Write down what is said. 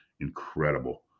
incredible